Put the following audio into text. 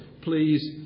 please